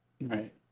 Right